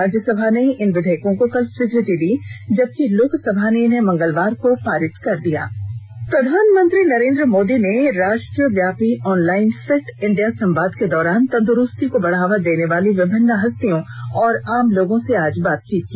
राज्यसभा ने इन विधेयकों को कल स्वीकृति दी जबकि लोकसभा ने इन्हें मंगलवार को पारित कर दिया था प्रधानमंत्री नरेंद्र मोदी ने राष्ट्रव्यापी ऑनलाइन फिट इंडिया संवाद के दौरान तंदुरुस्ती को बढावा देने वाली विभिन्नो हस्तियों और आम लोगों से आज बातचीत की